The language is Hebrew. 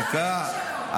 דקה.